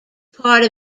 part